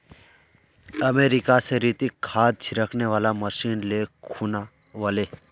America स रितिक खाद छिड़कने वाला मशीन ले खूना व ले